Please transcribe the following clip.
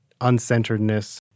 uncenteredness